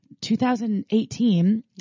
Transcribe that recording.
2018